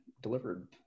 delivered